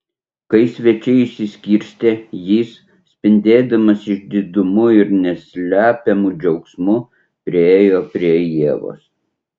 kai svečiai išsiskirstė jis spindėdamas išdidumu ir neslepiamu džiaugsmu priėjo prie ievos